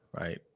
right